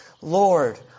Lord